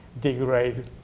degrade